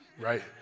right